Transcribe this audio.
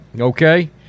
okay